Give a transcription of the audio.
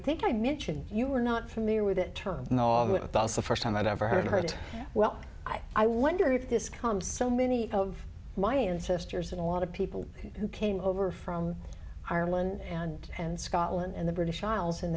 think i mentioned you were not familiar with that term the first time i'd ever heard it well i i wonder if this comes so many of my ancestors and a lot of people who came over from ireland and then scotland and the british isles and